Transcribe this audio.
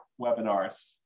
webinars